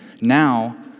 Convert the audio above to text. now